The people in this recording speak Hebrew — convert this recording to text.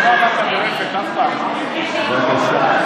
בבקשה.